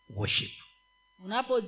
worship